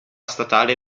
statale